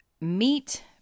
meet